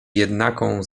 jednaką